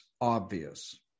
obvious